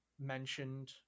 mentioned